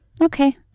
Okay